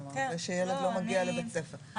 כלומר זה שילד לא מגיע לבית ספר --- כן,